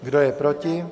Kdo je proti?